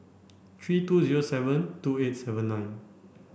three two zero seven two eight seven nine